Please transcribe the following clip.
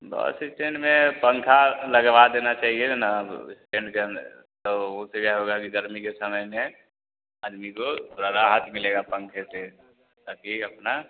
बस इस्टैंड में पंखा लगवा देना चाहिए न अब इस्टैंड के अंदर तो उससे क्या होगा कि गर्मी के समय में आदमी को थोड़ा राहत मिलेगा पंखे से ताकि अपना